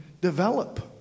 develop